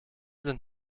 sind